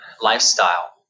lifestyle